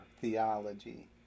theology